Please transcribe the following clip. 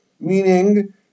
Meaning